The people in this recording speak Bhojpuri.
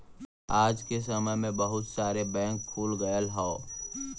आज के समय में बहुत सारे बैंक खुल गयल हौ